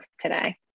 today